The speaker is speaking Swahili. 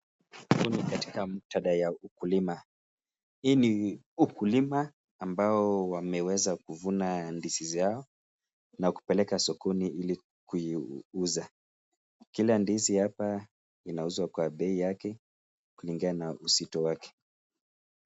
Huu ni katika muktadha ya ukulima. Hii ni ukulima ambao wameweza kuvuna ndizi zao na kupeleka sokoni ili kuiuza. Kila ndizi hapa inauzwa kwa bei yake, kulingana na uzito wake.